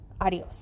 adios